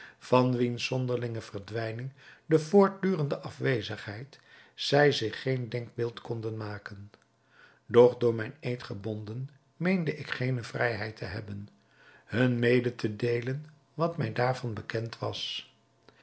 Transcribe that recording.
van wiens zonderlinge verdwijning en voortdurende afwezigheid zij zich geen denkbeeld konden maken doch door mijn eed gebonden meende ik geene vrijheid te hebben hun mede te deelen wat mij daarvan bekend was